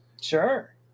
Sure